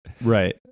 Right